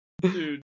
Dude